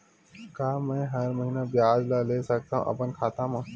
का मैं हर महीना ब्याज ला ले सकथव अपन खाता मा?